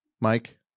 mike